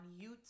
YouTube